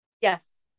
Yes